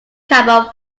carbon